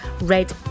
Red